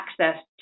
access